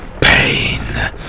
Pain